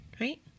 right